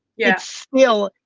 yeah it's still,